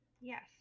yes